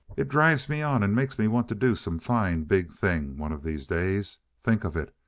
it drives me on and makes me want to do some fine big thing one of these days. think of it!